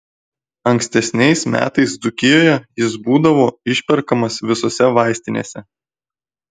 ankstesniais metais dzūkijoje jis būdavo išperkamas visose vaistinėse